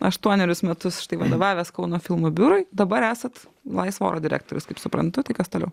aštuonerius metus štai vadovavęs kauno filmų biurui dabar esat laisvo oro direktorius kaip suprantu tai kas toliau